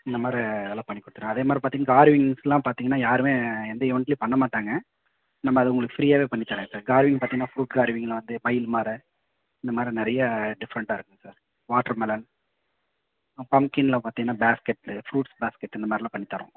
இந்த மாதிரி இதெல்லாம் பண்ணிக் கொடுத்துருவோம் அதே மாதிரி பார்த்தீங்க கார்விங்ஸ்லாம் பார்த்தீங்கன்னா யாருமே எந்த ஈவெண்ட்லயும் பண்ண மாட்டாங்க நம்ம அது உங்களுக்கு ஃப்ரீயாவே பண்ணித் தரேன் சார் கார்விங் பார்த்தீன்னா ஃப்ரூட் கார்விங்கில் வந்து மயில் மாரி இந்த மாரி நிறையா டிஃப்ரெண்டடா இருக்குதுங்க சார் வாட்ரு மெலன் பம்ப்கினில் பார்த்தீன்னா பேஸ்கெட்டு ஃப்ரூட்ஸ் பேஸ்கெட்டு இந்த மாதிரில்லாம் பண்ணித் தரோம்